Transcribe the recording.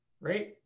Right